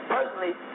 Personally